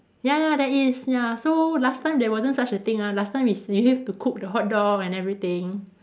ya there is ya so last time there wasn't such a thing ah last time you see have to cook the hot dog and everything